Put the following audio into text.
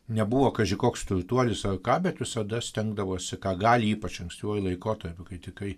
nebuvo kaži koks turtuolis ar ką bet visada stengdavosi ką gali ypač ankstyvuoju laikotarpiu kai tikrai